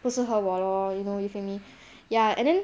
不适合我 lor you know you feel me ya and then